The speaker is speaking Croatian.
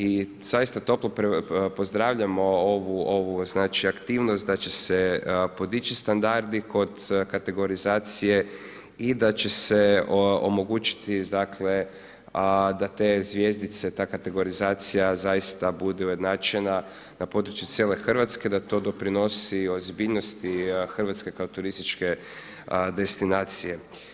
I zaista toplo pozdravljamo ovu aktivnost, da će se podići standardi kod kategorizacije i da će se omogućiti dakle, da te zvjezdice, ta kategorizacija zaista bude ujednačena, na području cijele Hrvatske, da to doprinosi ozbiljnosti Hrvatske, kao turističke destinacije.